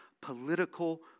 political